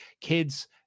kids